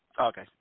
Okay